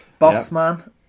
Bossman